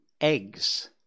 eggs